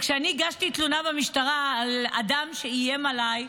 כשאני הגשתי תלונה במשטרה על אדם שאיים עליי,